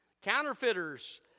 Counterfeiters